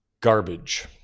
garbage